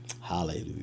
Hallelujah